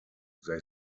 they